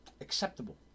Acceptable